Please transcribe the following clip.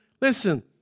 Listen